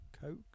Coke